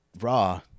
raw